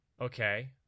Okay